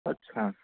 ਅੱਛਾ